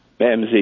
MZ